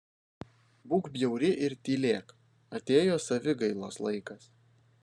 būk bjauri ir tylėk atėjo savigailos laikas